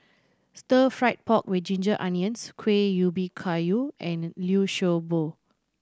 Stir Fried Pork With Ginger Onions Kueh Ubi Kayu and Liu Sha Bao